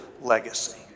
legacy